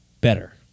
better